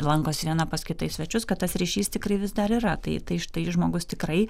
lankosi viena pas kitą į svečius kad tas ryšys tikrai vis dar yra tai tai štai žmogus tikrai